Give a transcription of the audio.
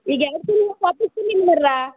ಈಗ ಎರಡು ತಿಂಗಳು ಆಫೀಸ್ ಅಲ್ಲಿ ಇಲ್ಲ